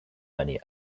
many